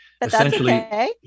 essentially